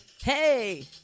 Hey